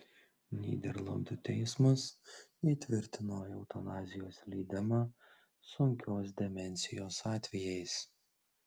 nyderlandų teismas įtvirtino eutanazijos leidimą sunkios demencijos atvejais